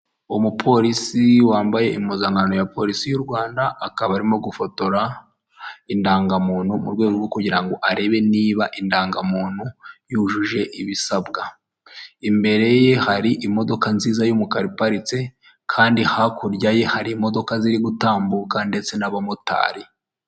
Umupolisi wambaye impuzankano ya polisi y'u Rwanda, akaba arimo gufotora indangamuntu mu rwego rwo kugira ngo arebe niba indangamuntu yujuje ibisabwa, imbere ye hari imodoka nziza y'umukara iparitse kandi hakurya ye hari imodoka ziri gutambuka ndetse n'abamotari.